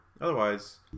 otherwise